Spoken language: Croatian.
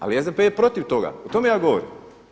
Ali SDP je protiv toga, o tome ja govorim.